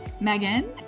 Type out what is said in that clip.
Megan